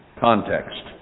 context